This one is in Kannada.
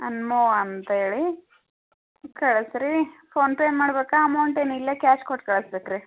ಹನ್ಮವ್ವ ಅಂತ್ಹೇಳಿ ಕಳಿಸ್ರಿ ಫೋನ್ಪೇ ಮಾಡಬೇಕಾ ಅಮೌಂಟ್ ಏನು ಇಲ್ಲೇ ಕ್ಯಾಶ್ ಕೊಟ್ಟು ಕಳಿಸ್ಬೇಕ್ ರೀ